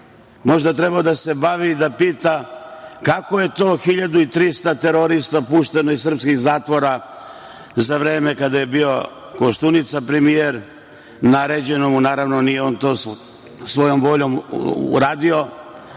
možda treba da pita kako je to 1.300 terorista pušteno iz srpskih zatvora za vreme kada je bio Koštunica premijer? Naravno, naređeno mu je, nije on to svojom voljom uradio.